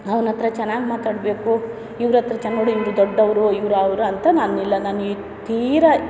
ಅವ್ನ ಹತ್ತಿರ ಚೆನ್ನಾಗಿ ಮಾತಾಡಬೇಕು ಇವ್ರ ಹತ್ತಿರ ಚೆನ್ ನೋಡಿ ಇವರು ದೊಡ್ಡವರು ಇವ್ರು ಅವ್ರು ಅಂತ ನಾನಿಲ್ಲ ನಾನು ಈ ತೀರ